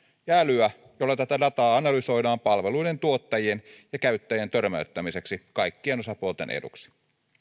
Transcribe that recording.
ja älyä jolla tätä dataa analysoidaan palveluiden tuottajien ja käyttäjien törmäyttämiseksi kaikkien osapuolten eduksi